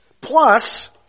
Plus